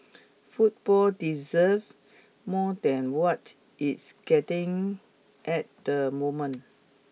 football deserve more than what it's getting at the moment